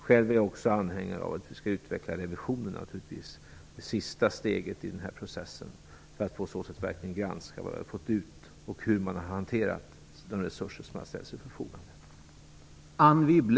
Själv är jag anhängare av att revisionerna - det sista steget i den här processen - skall utvecklas för att man på så sätt verkligen skall kunna granska vad man har fått ut och hur man har hanterat de resurser som har ställts till förfogande.